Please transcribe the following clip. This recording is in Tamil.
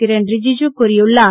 கிரண் ரிஜிஜு கூறியுள்ளார்